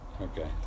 okay